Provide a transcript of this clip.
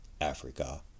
Africa